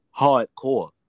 hardcore